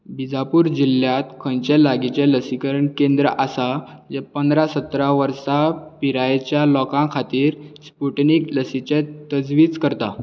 बीजापूर जिल्ल्यांत खंयचेंय लागींचे लसीकरण केंद्र आसा जें पंदरा सतरा वर्सा पिरायेच्या लोकां खातीर स्पुटनिक लसीचें तजवीज करता